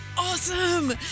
Awesome